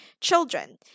children